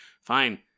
fine